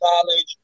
college